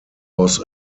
was